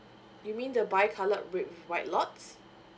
you mean the bi coloured red with white lots